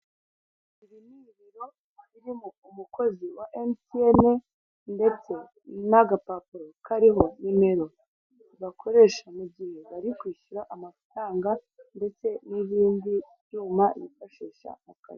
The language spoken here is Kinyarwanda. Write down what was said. Ibi ni ibiro birimo umukozi wa MTN ndetse n'agapapuro kariho nimero bakoresha mugihe bari kwishyura amafaranga ndetse n'ibindi byuma bifashisha mukazi.